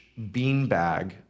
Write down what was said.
beanbag